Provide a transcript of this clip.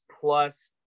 plus